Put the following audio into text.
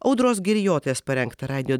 audros girijotės parengta radijo